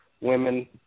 women